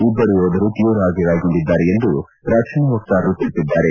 ಇಬ್ಬರು ಯೋಧರು ತೀವ್ರವಾಗಿ ಗಾಯಗೊಂಡಿದ್ದಾರೆ ಎಂದು ರಕ್ಷಣಾ ವಕ್ತಾರರು ತಿಳಿಸಿದ್ದಾರೆ